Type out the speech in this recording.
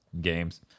games